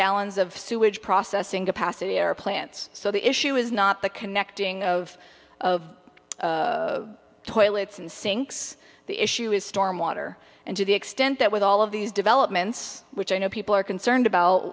gallons of sewage processing capacity or plants so the issue is not the connecting of of toilets and sinks the issue is storm water and to the extent that with all of these developments which i know people are concerned about